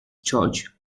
church